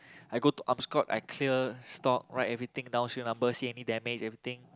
I go to armskote I clear stock write everything down serial number see any damage everything